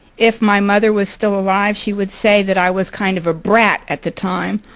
if my mother was still alive she would say that i was kind of a brat at the time